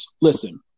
Listen